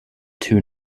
two